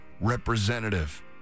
representative